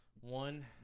one